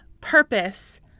purpose